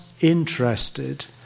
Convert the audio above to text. interested